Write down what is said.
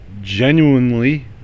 genuinely